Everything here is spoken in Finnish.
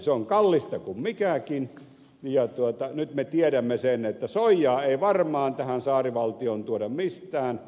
se on kallista kun mikäkin ja nyt me tiedämme sen että soijaa ei varmaan tähän saarivaltioon tuoda mistään